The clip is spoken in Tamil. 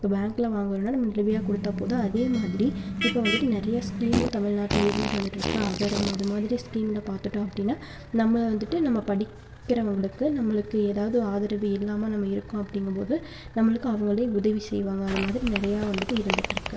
இப்போ பேங்க்ல வாங்குனோம்னா நம்ம நிலுவையாக கொடுத்தா போதும் அதே மாதிரி இப்போ வந்துட்டு நிறய ஸ்கீமு தமிழ்நாட்டில் இருந்துட்டு வந்துகிட்டுருக்கா வேற அது மாதிரி ஸ்கீம்ல பார்த்துட்டோம் அப்படின்னா நம்ம வந்துட்டு நம்ம படிக்கிறவங்களுக்கு நம்மளுக்கு ஏதாவது ஆதரவு இல்லாமல் நம்ம இருக்கோம் அப்படிங்கும் போது நம்மளுக்கு அவங்களே உதவி செய்வாங்கள் அதே மாதிரி நிறையா வந்துட்டு இருந்துகிட்டுருக்கு